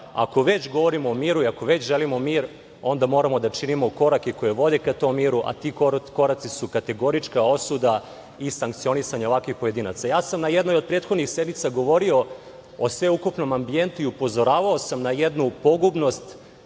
Ako već govorimo o miru i ako već želimo mir, onda moramo da činimo korake koji vode ka tom miru, a ti koraci su kategorička osuda i sankcionisanje ovakvih pojedinaca. Ja sam na jednoj od prethodnih sednica govorio o sveukupnom ambijentu i upozoravao sam na jednu pogubnost